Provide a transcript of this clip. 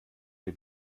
die